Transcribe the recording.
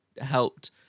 helped